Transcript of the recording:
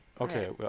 Okay